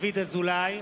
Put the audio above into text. דוד אזולאי,